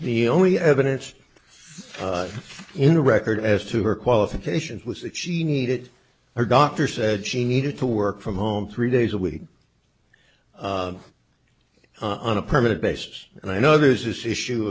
the only evidence in a record as to her qualifications was that she needed her doctor said she needed to work from home three days a week on a permanent basis and i know there's this issue